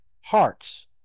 hearts